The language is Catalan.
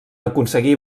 aconseguí